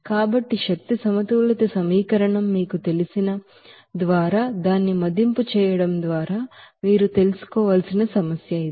కాబట్టి energy balance equation మీకు తెలిసిన ద్వారా దానిని మదింపు చేయడం ద్వారా మీరు తెలుసుకోవాల్సిన సమస్య ఇది